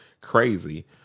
crazy